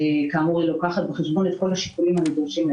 כאמור היא לוקחת בחשבון את כל השיקולים הנדרשים.